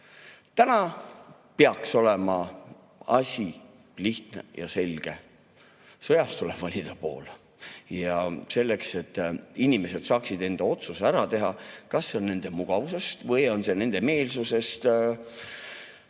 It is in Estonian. Täna peaks olema asi lihtne ja selge. Sõjas tuleb valida pool. Selleks et inimesed saaksid enda otsuse ära teha, kas see on nende mugavusest või on see nende meelsusest,